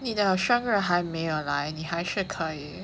你的生日还没有来你还是可以